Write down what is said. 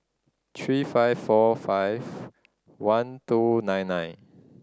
three five four five one two nine nine